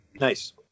Nice